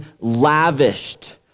lavished